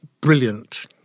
brilliant